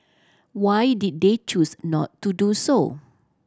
why did they choose not to do so